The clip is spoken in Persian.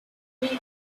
خودتو